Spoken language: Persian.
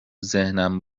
ذهنم